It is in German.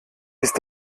ist